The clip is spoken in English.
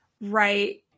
Right